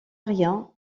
rien